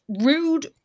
rude